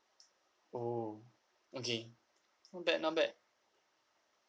oh okay not bad not bad